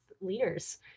leaders